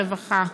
הרווחה והבריאות.